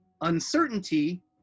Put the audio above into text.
uncertainty